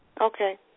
Okay